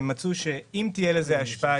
ומצאו שאם תהיה לזה השפעה,